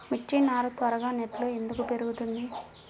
మిర్చి నారు త్వరగా నెట్లో ఎందుకు పెరుగుతుంది?